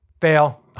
fail